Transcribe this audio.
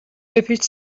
بپیچ